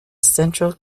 central